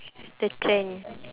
the trend